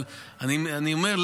אבל אני אומר,